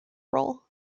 role